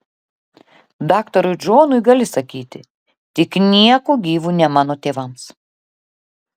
daktarui džonui gali sakyti tik nieku gyvu ne mano tėvams